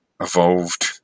evolved